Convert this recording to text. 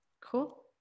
Cool